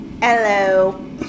hello